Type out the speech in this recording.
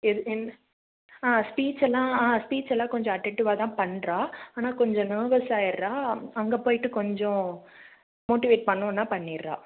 எது என்ன ஆ ஸ்பீச்செல்லாம் ஆ ஸ்பீச்செல்லாம் கொஞ்சம் அட்டன்டிவ்வாக தான் பண்ணுறா ஆனால் கொஞ்சம் நெர்வெஸ் ஆயிடுறா அங்கே போய்ட்டு கொஞ்சம் மோட்டிவேட் பண்ணோம்னால் பண்ணிடுறா